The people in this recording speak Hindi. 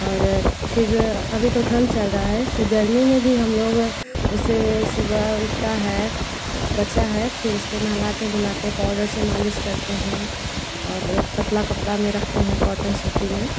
और फिर अभी तो ठंड चल रहा है फिर गर्मी में भी हम लोग उसे सुबह उठता है बच्चा है फिर उसको नहलाते धुलाते पाउडर पाउडर से मालिश करते हैं और पतला कपड़ा में रखते हैं कॉटन सूती में